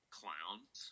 clowns